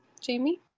Jamie